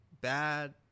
bad